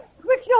Quick